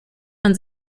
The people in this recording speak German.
man